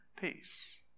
peace